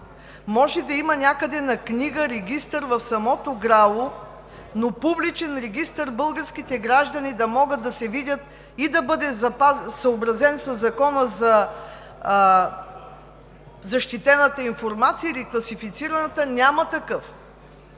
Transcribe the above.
Може да има някъде на книга, регистър, в самото ГРАО, но в Публичен регистър българските граждани да могат да се видят и да бъде съобразен със Закона за защитената информация или класифицираната, няма такъв.